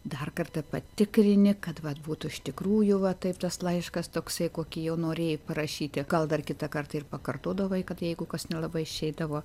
dar kartą patikrini kad vat būtų iš tikrųjų va taip tas laiškas toksai kokį jau norėjai parašyti gal dar kitą kartą ir pakartodavai kad jeigu kas nelabai išeidavo